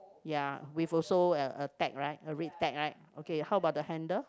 ya with also a a tag right a red tag right okay how about the handle